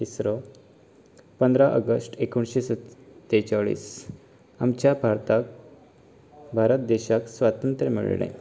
तिसरो पंदरा अगस्ट एकोणशें सत्तेचाळीस आमच्या भारताक भारत देशाक स्वातंत्र मेळलें